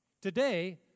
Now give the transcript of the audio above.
today